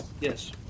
Yes